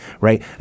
right